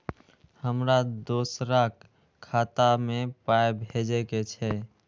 हमरा दोसराक खाता मे पाय भेजे के छै?